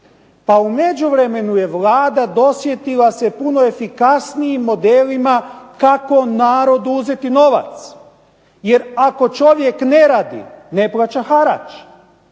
Pa u međuvremenu je Vlada dosjetila se puno efikasnijim modelima kako narodu uzeti novac. Jer ako čovjek ne radi ne plaća harač,